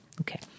Okay